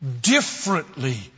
differently